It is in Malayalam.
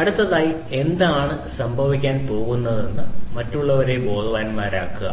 അടുത്തതായി എന്താണ് സംഭവിക്കാൻ പോകുന്നതെന്ന് മറ്റുള്ളവരെ ബോധവാന്മാരാക്കുക